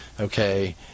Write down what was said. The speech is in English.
Okay